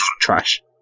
trash